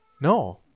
no